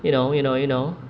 you know you know you know